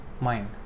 mind